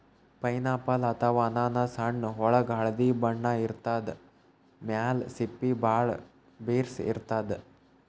pineapple ಅಥವಾ ಅನಾನಸ್ ಹಣ್ಣ್ ಒಳ್ಗ್ ಹಳ್ದಿ ಬಣ್ಣ ಇರ್ತದ್ ಮ್ಯಾಲ್ ಸಿಪ್ಪಿ ಭಾಳ್ ಬಿರ್ಸ್ ಇರ್ತದ್